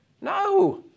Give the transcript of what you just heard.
No